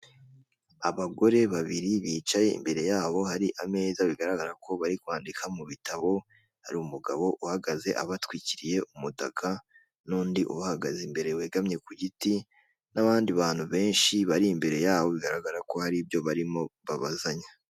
Abagore babiri bicaye imbere yabo hari ameza bigaragara ko bari kwandika mu bitabo hari umugabo uhagaze abatwikiriye umutaka, n'undi uhagaze imbere wegamye ku giti n'abandi bantu benshi bari imbere yabo bigaragara ko hari ibyo barimo babazanya.